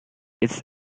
its